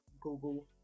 Google